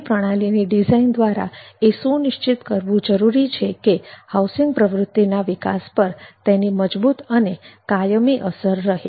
ભાવિ પ્રણાલીની ડિઝાઇન દ્વારા એ સુનિશ્ચિત કરવું જરૂરી છે કે હાઉસિંગ પ્રવૃત્તિના વિકાસ પર તેની મજબૂત અને કાયમી અસર રહે